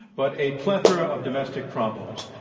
but a plethora of domestic problems.